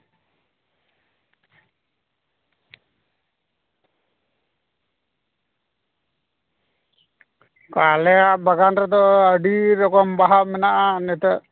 ᱟᱞᱮᱭᱟᱜ ᱵᱟᱜᱟᱱ ᱨᱮᱫᱚ ᱟᱹᱰᱤ ᱨᱚᱠᱚᱢ ᱵᱟᱦᱟ ᱢᱮᱱᱟᱜᱼᱟ ᱱᱤᱛᱳᱜ